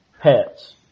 pets